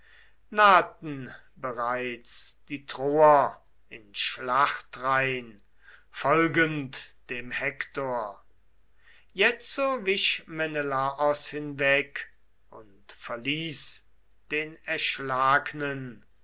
nahten bereits die troer in schlachtreihn folgend dem hektor jetzo wich menelaos hinweg und verließ den erschlagnen